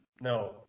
No